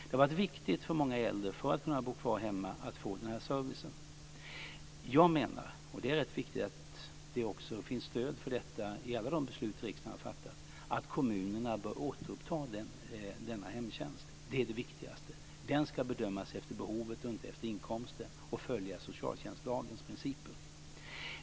Det har varit viktigt för många äldre att få den här servicen för att kunna bo kvar hemma. Jag menar - och det är rätt viktigt att det också finns stöd för detta i alla de beslut riksdagen har fattat - att kommunerna bör återuppta denna hemtjänst. Det är det viktigaste. Den ska bedömas efter behovet, inte efter inkomsten, och följa socialtjänstlagens principer.